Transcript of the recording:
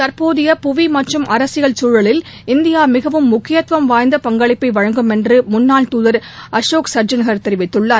தற்போதைய புவி மற்றும் அரசியல் சூழலில் இந்தியா மிகவும் முக்கியத்துவம் வாய்ந்த பங்களிப்பை வழங்கும் என்று முன்னாள் தூதர் அசோக் சஜ்ஜனார் தெரிவித்துள்ளார்